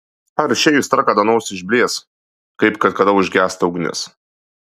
ar ši aistra kada nors išblės kaip kad užgęsta ugnis